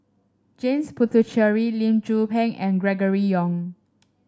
James Puthucheary Lee Tzu Pheng and Gregory Yong